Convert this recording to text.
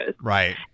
Right